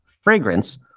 fragrance